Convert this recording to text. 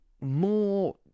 more